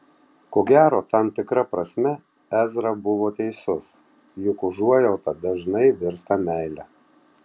ko gero tam tikra prasme ezra buvo teisus juk užuojauta dažnai virsta meile